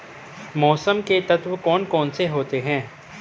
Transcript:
मौसम के तत्व कौन कौन से होते हैं?